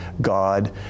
God